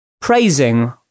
praising